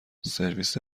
سرویس